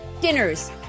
dinners